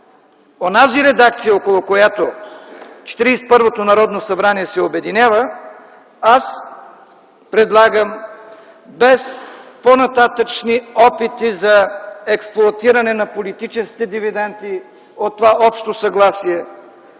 онази редакция, около която 41-то Народно събрание се обединява, аз предлагам без по-нататъшни опити за експлоатиране на политическите дивиденти от това общо съгласие